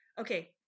Okay